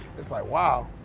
it's like wow.